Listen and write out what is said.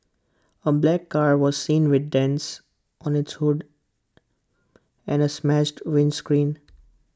A black car was seen with dents on its hood and A smashed windscreen